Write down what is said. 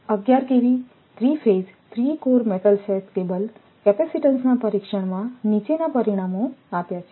11 KV 3 phase 3 core metal sheath cable કેપેસિટીન્સના પરીક્ષણમાં નીચેના પરિણામો આપ્યા છે